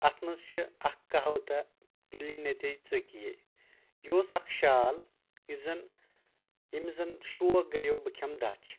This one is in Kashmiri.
اَتھ منٛز چھِ اکھ کَہاوتہٕ پِلی نَے تہٕ ژوٚکیَے یہِ اوس اکھ شال یُس زَن یٔمِس زَن شُوق گَیَو بہٕ کھیٚمہٕ دَچھ